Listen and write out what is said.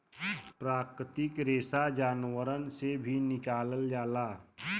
प्राकृतिक रेसा जानवरन से भी निकालल जाला